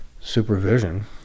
supervision